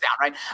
right